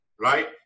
right